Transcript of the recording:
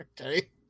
okay